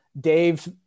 Dave